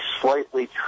slightly